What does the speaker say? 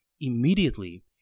Immediately